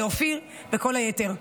לאופיר וכל היתר.